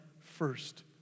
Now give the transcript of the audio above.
first